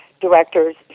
directors